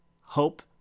Hope